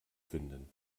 finden